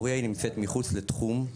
פורייה היא נמצאת מחוץ לתחום.